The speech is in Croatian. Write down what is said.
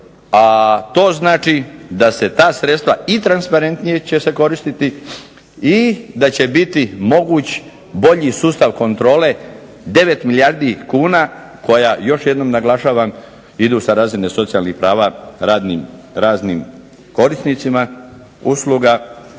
a to znači da se ta sredstva i transparentnije će se koristiti i da će biti moguć bolji sustav kontrole 9 milijardi kuna koja još jednom naglašavam idu sa razine socijalnih prava raznim korisnicima usluga.